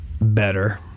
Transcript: better